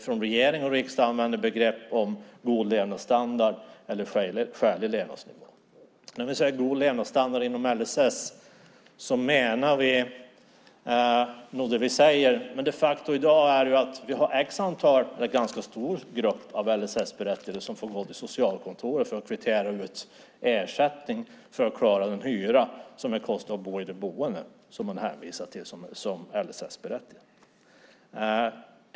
Regering och riksdag använder begreppen god levnadsstandard och skälig levnadsstandard. Med god levnadsstandard menar vi inom LSS nog det vi säger. Men det är en ganska stor grupp LSS-berättigade som får gå till socialkontoret för att kvittera ut ersättning för att klara den hyra man ska betala för det boende som man är hänvisad till som LSS-berättigad.